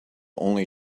only